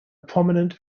prominent